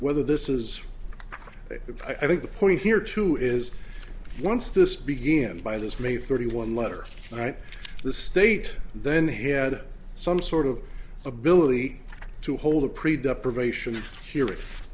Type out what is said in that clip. whether this is i think the point here too is once this begins by this may thirty one letter right the state then had some sort of ability to hold a pretty depravation her